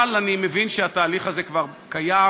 אבל אני מבין שהתהליך הזה כבר קיים,